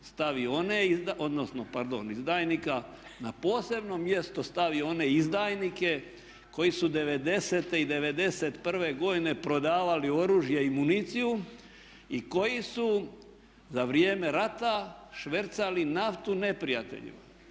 na posebno mjesto stavi one izdajnike koji su 90. i 91. godine prodavali oružje i municiju i koji su za vrijeme rata švercali naftu neprijateljima.